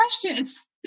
questions